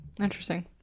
Interesting